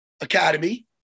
Academy